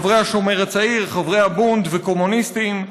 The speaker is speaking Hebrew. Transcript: חברי השומר הצעיר, חברי הבונד וקומוניסטים.